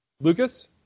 Lucas